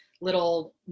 little